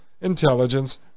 intelligence